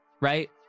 Right